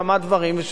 והם מוטרדים.